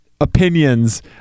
opinions